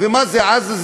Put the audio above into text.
ומה זה עזה?